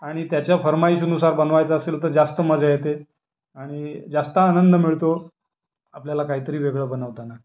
आणि त्याच्या फर्माईशीनुसार बनवायचं असेल तर जास्त मजा येते आणि जास्त आनंद मिळतो आपल्याला काहीतरी वेगळं बनवताना